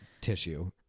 tissue